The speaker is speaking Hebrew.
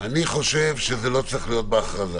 אני חושב שזה לא צריך להיות בהכרזה.